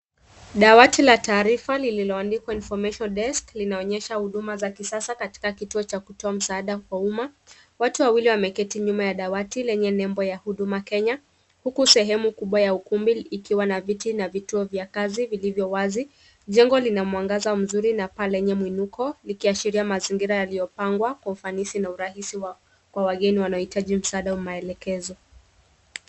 Dawati la taarifa lililoandikwa information desk linaonyesha huduma za kisasa katika kituo cha kutoa msaada kwa umma. Watu wawili wameketi nyuma ya dawati lenye nembo ya Huduma Kenya huku sehemu kubwa ya ukumbi ikiwa na viti na vituo vya kazi vilivyo wazi. Jengo lina mwangaza mzuri na paa mwenye muinuko likiashiria mazingira yaliyopangwa kwa ufanisi na urahisi kwa wageni wanaohitaji msaada au maelekezo.